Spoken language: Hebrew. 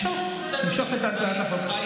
סיכמנו להסיר את הצעת החוק.